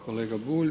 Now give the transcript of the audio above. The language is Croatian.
Kolega Bulj.